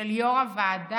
שהביא יו"ר הוועדה,